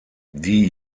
die